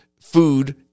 food